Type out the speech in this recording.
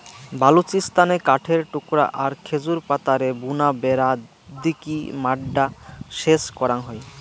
বালুচিস্তানে কাঠের টুকরা আর খেজুর পাতারে বুনা বেড়া দিকি মাড্ডা সেচ করাং হই